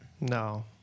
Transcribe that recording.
no